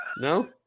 No